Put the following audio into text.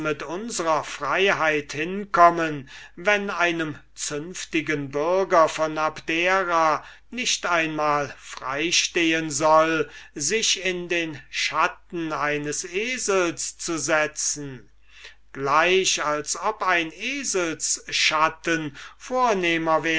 freiheit hinkommen wenn einem zünftigen bürger von abdera nicht einmal frei stehen soll sich in den schatten eines esels zu setzen gleich als ob ein eselsschatten vornehmer